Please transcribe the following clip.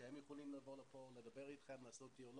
הם יכולים לבוא לכאן ולקיים דיאלוג,